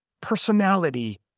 personality